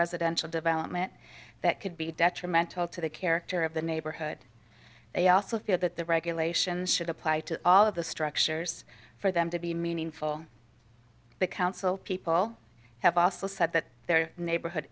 residential development that could be detrimental to the character of the neighborhood they also feel that the regulations should apply to all of the structures for them to be meaningful the council people have also said that their neighborhood